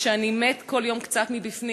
עם המשפט של: אני מת כל יום קצת מבפנים,